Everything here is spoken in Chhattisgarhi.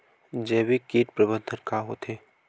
जैविक कीट प्रबंधन का होथे?